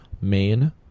main